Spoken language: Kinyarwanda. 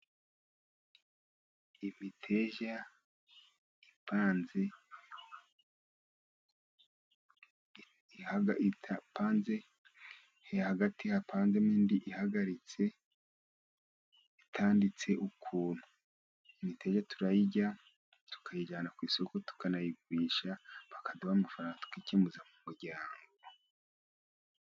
Imiteja ipanze hagati hapanze n'indi ihagaritse itanditse ukuntu, imiteja turayirya tukayijyana ku isoko tukanayigurisha bakaduha amafaranga tukikenuza mu muryangogo.